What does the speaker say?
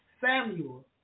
Samuel